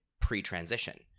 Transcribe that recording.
pre-transition